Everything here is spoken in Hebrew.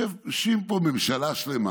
יושבת פה ממשלה שלמה